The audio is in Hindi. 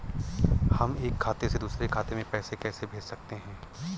हम एक खाते से दूसरे खाते में पैसे कैसे भेज सकते हैं?